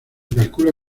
calcula